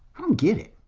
um get it.